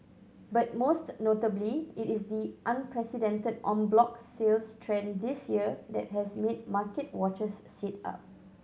but most notably it is the unprecedented en bloc sales trend this year that has made market watchers sit up